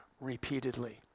repeatedly